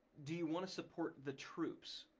do you wanna support the troops